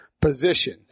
position